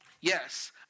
yes